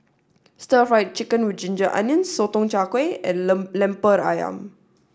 stir fried chicken with ginger onions sotong char kway and lemper ayam